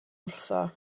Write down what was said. wrtho